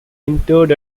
interred